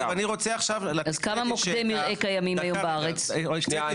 שאלתי, אני רוצה עכשיו להקים, הקציתי שטח.